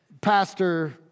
Pastor